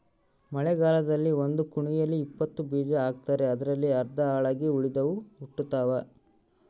ಮಳೆಗಾಲದಲ್ಲಿ ಒಂದು ಕುಣಿಯಲ್ಲಿ ಇಪ್ಪತ್ತು ಬೀಜ ಹಾಕ್ತಾರೆ ಅದರಲ್ಲಿ ಅರ್ಧ ಹಾಳಾಗಿ ಉಳಿದವು ಹುಟ್ಟುತಾವ